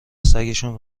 سگشون